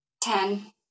Ten